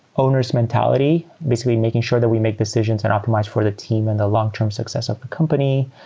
owners mentality, basically making sure that we make decisions and optimize for the team and the long-term success of the company.